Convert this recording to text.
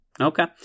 Okay